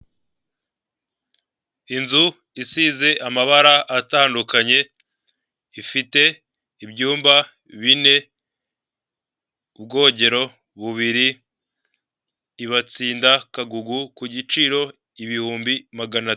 Inzu isize amabara atandukanye ifite ibyumba bine, ubwogero bubiri, i Batsinda Kagugu ku giciro ku giciro ibihumbi magana.